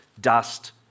dust